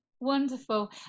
Wonderful